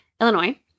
Illinois